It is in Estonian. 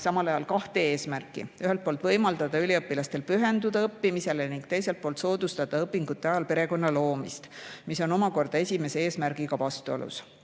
samal ajal kahte eesmärki: ühelt poolt võimaldada üliõpilastel pühenduda õppimisele ning teiselt poolt soodustada õpingute ajal perekonna loomist, mis on esimese eesmärgiga vastuolus.